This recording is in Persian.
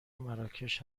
مراکش